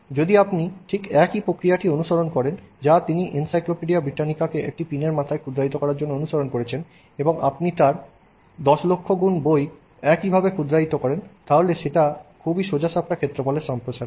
যদি আপনি ঠিক একই প্রক্রিয়াটি অনুসরণ করেন যা তিনি এনসাইক্লোপিডিয়া ব্রিটানিকাকে একটি পিনের মাথায় ক্ষুদ্রায়িত করার জন্য অনুসরণ করেছেন এবং আপনি তার 1000000গুণ বই একইভাবে ক্ষুদ্রায়িত করেন তাহলে এটি খুবই সোজাসাপ্টা ক্ষেত্রফলের সম্প্রসারণ